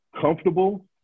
comfortable